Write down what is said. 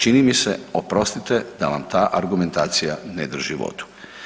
Čini mi se oprostite da vam ta argumentacija ne drži vodu.